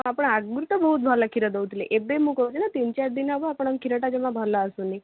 ଆପଣ ଆଗରୁ ତ ବହୁତ୍ ଭଲ କ୍ଷୀର ଦେଉଥିଲେ ଏବେ ମୁଁ କହୁଛି ନା ତିନି ଚାରି ଦିନ ହେବ ଆପଣଙ୍କ କ୍ଷୀରଟା ଜମା ଭଲ ଆସୁନି